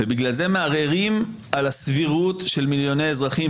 ובגלל זה מערערים על הסבירות של מיליוני אזרחים,